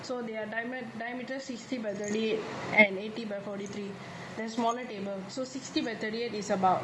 so their diamond diameter sixty by thirty eight and eighty by fourty three the smaller table so sixty by thirty eight is about